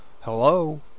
Hello